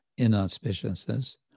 inauspiciousness